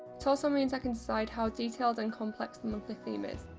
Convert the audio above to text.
it also means i can decide how detailed and complex the monthly theme is,